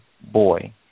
boy